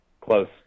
close